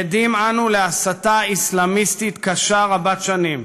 עדים אנו להסתה אסלאמיסטית קשה רבת-שנים,